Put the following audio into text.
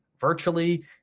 virtually